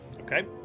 Okay